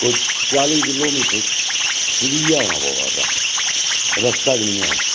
कोई चाली kilometre फिरियै औना पवा दा रस्ता गै नी ऐ